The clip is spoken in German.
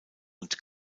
und